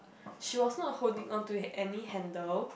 she was not holding onto any handle